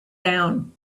down